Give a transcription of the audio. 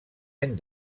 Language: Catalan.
any